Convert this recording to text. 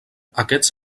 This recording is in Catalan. aquests